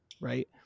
right